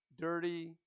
dirty